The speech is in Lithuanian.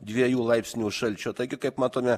dviejų laipsnių šalčio taigi kaip matome